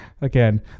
again